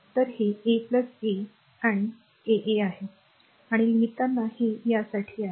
तर हे a a a आणि r a a आहे आणि लिहिताना हे यासाठी आहे